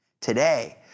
Today